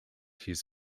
his